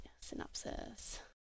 synopsis